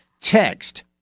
Text